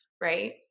right